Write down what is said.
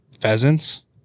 pheasants